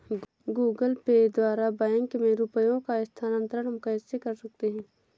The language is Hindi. गूगल पे द्वारा बैंक में रुपयों का स्थानांतरण हम कैसे कर सकते हैं?